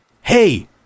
Hey